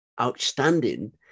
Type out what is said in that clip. outstanding